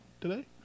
today